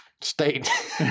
State